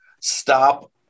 stop